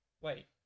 Wait